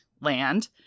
land